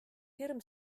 hirm